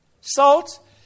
salt